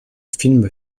film